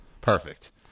Perfect